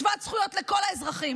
שוות זכויות לכל האזרחים.